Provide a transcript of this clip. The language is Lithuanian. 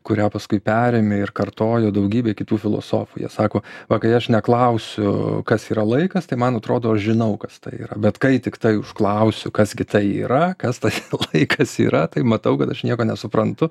kurią paskui perėmė ir kartojo daugybė kitų filosofijų jie sako va kai aš neklausiu kas yra laikas tai man atrodo aš žinau kas tai yra bet kai tiktai užklausiu kas gi tai yra kas tas laiskas yra tai matau kad aš nieko nesuprantu